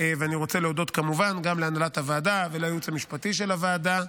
ואני רוצה להודות כמובן גם להנהלת הוועדה ולייעוץ המשפטי של הוועדה.